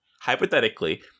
hypothetically